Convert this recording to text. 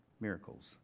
miracles